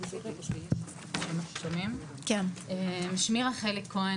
שמי רחלי כהן,